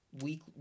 week